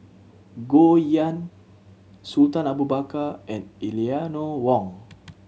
Goh Yihan Sultan Abu Bakar and Eleanor Wong